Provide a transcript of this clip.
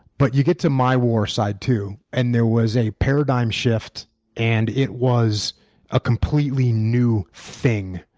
but you get to my war side two, and there was a paradigm shift and it was a completely new thing.